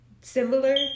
similar